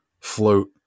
float